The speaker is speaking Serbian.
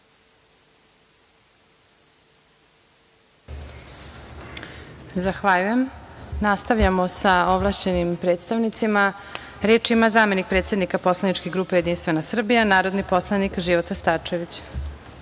Zahvaljujem se. Nastavljamo sa ovlašćenim predstavnicima. Reč ima zamenik predsednika poslaničke grupe JS, narodni poslanik Života Starčević.